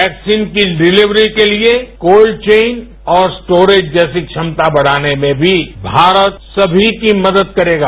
vaccine की delivery के लिए कोल्ड चौन और स्टोरेज जैसी क्षमता बढ़ाने में भी भारत सभी की मदद करेगा